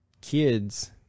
kids